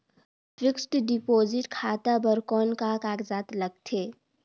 Fixed deposit खाता बर कौन का कागजात लगथे?